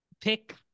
pick